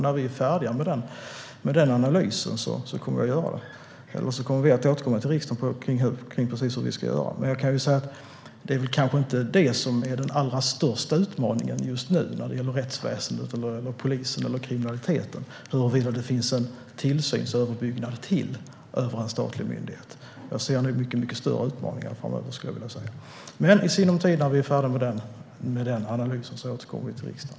När vi är färdiga med analysen kommer vi att återkomma till riksdagen med precis hur vi ska göra. Men jag kan säga: Det är kanske inte det som är den allra största utmaningen just nu när det gäller rättsväsendet, polisen eller kriminaliteten - huruvida det finns en tillsynsöverbyggnad till över en statlig myndighet. Jag ser nog mycket större utmaningar framöver, skulle jag vilja säga. Men i sinom tid, när vi är färdiga med analysen, återkommer vi till riksdagen.